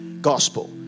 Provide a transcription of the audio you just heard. gospel